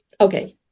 okay